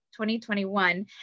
2021